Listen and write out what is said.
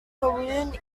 kowloon